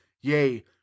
Yea